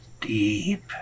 Deep